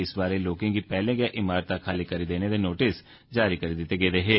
इस बारै लोकें गी पैहले गै एह इमारतां खाली करी देने दे नोटिस जारी करी दिते गेदे हे